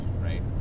right